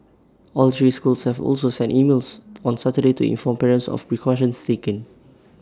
all three schools have also sent emails on Saturday to inform parents of precautions taken